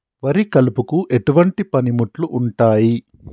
వరి కలుపుకు ఎటువంటి పనిముట్లు ఉంటాయి?